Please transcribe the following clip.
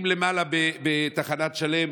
או למעלה בתחנת שלם.